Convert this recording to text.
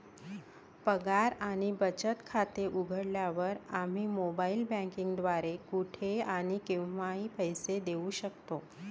पगार आणि बचत खाते उघडल्यावर, आम्ही मोबाइल बँकिंग द्वारे कुठेही आणि केव्हाही पैसे देऊ शकतो